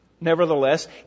Nevertheless